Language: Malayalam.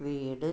വീട്